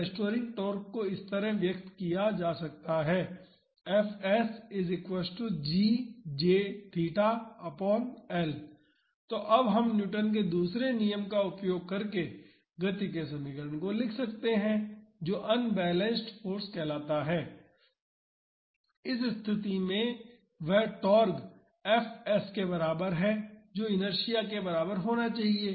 तो restoring torque को इस तरह व्यक्त किया जा सकता है तो अब हम न्यूटन के दूसरे नियम का उपयोग करके गति के समीकरण को लिख सकते हैं जो अनबैलेंस्ड फाॅर्स कहलाता है इस स्तिथि में वह टार्क माइनस fs के बराबर है जो इनर्शिआ के बराबर होना चाहिए